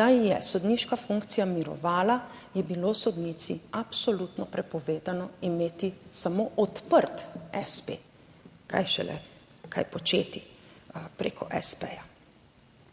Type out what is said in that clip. da je sodniška funkcija mirovala, je bilo sodnici absolutno prepovedano imeti samo odprt espe, kaj šele, kaj početi preko espeja.